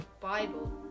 bible